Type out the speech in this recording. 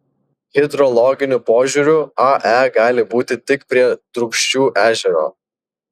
hidrologiniu požiūriu ae gali būti tik prie drūkšių ežero